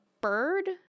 bird